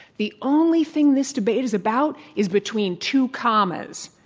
the only thing this debate is about is between two commas,